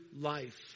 life